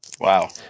Wow